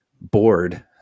bored